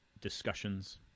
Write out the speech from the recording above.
discussions